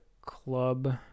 club